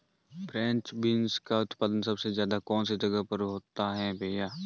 French beans का उत्पादन सबसे ज़्यादा कौन से जगहों पर होता है भैया?